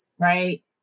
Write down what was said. right